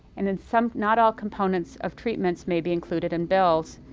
and in some not all components of treatments may be included in bills.